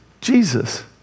Jesus